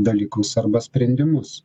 dalykus arba sprendimus